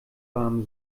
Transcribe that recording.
warm